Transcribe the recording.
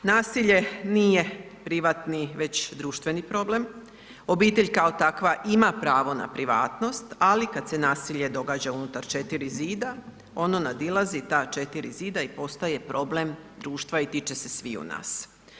Nasilje nije privatni već društveni problem, obitelj kao takva ima pravo na privatnost, ali kad se nasilje događa unutar četiri zida ono nadilazi ta četiri zida i postaje problem društva i tiče se sviju nas.